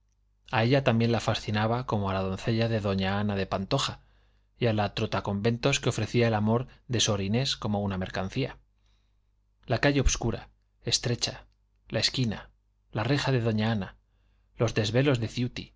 ella también la fascinaba como a la doncella de doña ana de pantoja y a la trotaconventos que ofrecía el amor de sor inés como una mercancía la calle obscura estrecha la esquina la reja de doña ana los desvelos de